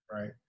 Right